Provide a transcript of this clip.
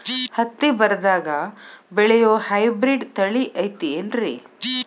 ಹತ್ತಿ ಬರದಾಗ ಬೆಳೆಯೋ ಹೈಬ್ರಿಡ್ ತಳಿ ಐತಿ ಏನ್ರಿ?